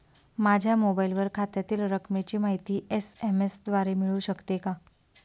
माझ्या मोबाईलवर खात्यातील रकमेची माहिती एस.एम.एस द्वारे मिळू शकते का?